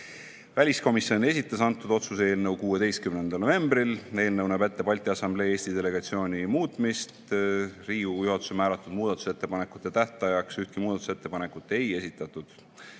Väliskomisjon esitas antud otsuse eelnõu 16. novembril. Eelnõu näeb ette Balti Assamblee Eesti delegatsiooni muutmist. Riigikogu juhatuse määratud muudatusettepanekute tähtajaks ühtegi muudatusettepanekut ei esitatud.